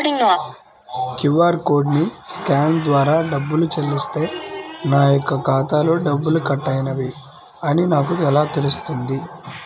QR కోడ్ని scan ద్వారా డబ్బులు చెల్లిస్తే నా యొక్క ఖాతాలో డబ్బులు కట్ అయినవి అని నాకు ఎలా తెలుస్తుంది?